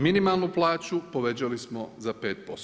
Minimalnu plaću povećali smo za 5%